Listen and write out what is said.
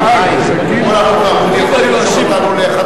מייד לאחר